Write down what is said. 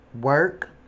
work